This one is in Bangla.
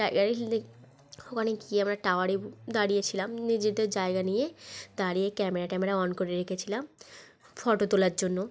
টাইগার হিল দেখ ওখানে গিয়ে আমরা টাওয়ারে দাঁড়িয়েছিলাম নিজেদের জায়গা নিয়ে দাঁড়িয়ে ক্যামেরা ট্যামেরা অন করে রেখেছিলাম ফটো তোলার জন্য